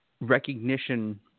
recognition